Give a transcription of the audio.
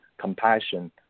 compassion